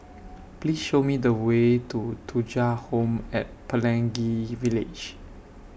Please Show Me The Way to Thuja Home At Pelangi Village